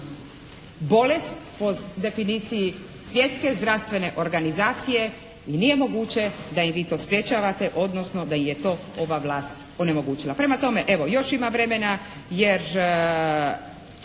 bolest, po definiciji Svjetske zdravstvene organizacije i nije moguće da im vi to sprječavate, odnosno da im je to ova vlast onemogućila. Prema tome, evo još ima vremena, jer